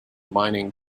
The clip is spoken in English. mining